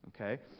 okay